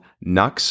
nux